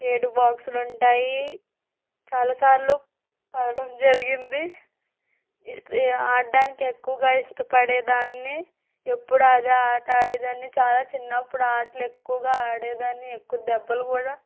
ఏడు బాక్సులు ఉంటాయి చాలా సార్లు పడడం జరిగింది ఇస్ట్రి ఆడటానికి ఎక్కువగా ఇష్టపడేదాన్ని ఎప్పుడు అదే ఆట ఆడే దాన్ని చాలా చిన్నప్పుడు ఆటలు ఎక్కువగా ఆడేదాన్ని ఎక్కువ దెబ్బలు కూడా